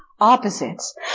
opposites